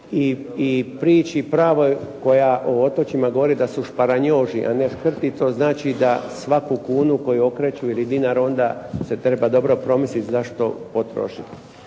i priči pravoj koja o otočanima govori da su šparanjozi a ne škrti, to znači da svaku kunu koju okreću ili dinar onda se treba dobro promisliti zašto potrošiti.